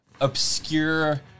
obscure